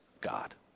God